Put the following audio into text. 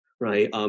right